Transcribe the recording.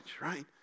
right